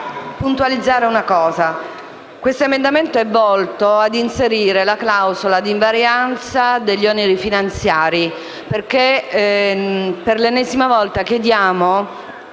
puntualizzare che questo emendamento è volto a inserire la clausola di invarianza degli oneri finanziari. Per l’ennesima volta chiediamo